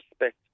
respect